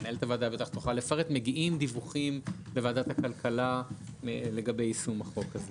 מנהלת הועדה בטח תוכל לפרט דיווחים לוועדת הכלכלה לגבי יישום החוק.